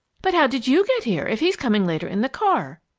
but how did you get here, if he's coming later in the car?